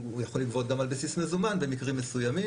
הוא יכול לגבות גם על בסיס מזומן במקרים מסוימים,